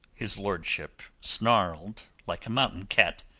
his lordship snarled like a mountain-cat.